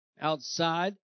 outside